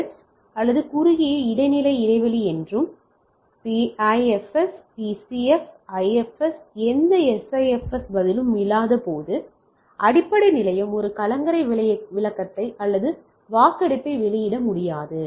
S சில குறுகிய இடைநிலை இடைவெளி மற்றும் PIFS PCF IFS எந்த SIFS பதிலும் இல்லாதபோது அடிப்படை நிலையம் ஒரு கலங்கரை விளக்கத்தை அல்லது வாக்கெடுப்பை வெளியிட முடியாது